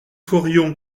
ferions